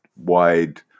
wide